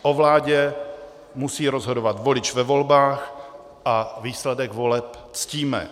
O vládě musí rozhodovat volič ve volbách a výsledek voleb ctíme.